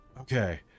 okay